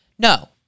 No